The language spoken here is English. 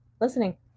listening